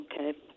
Okay